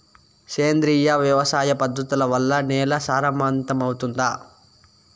సేంద్రియ వ్యవసాయ పద్ధతుల వల్ల, నేల సారవంతమౌతుందా?